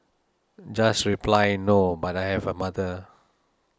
just reply No but I have a mother